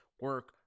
Work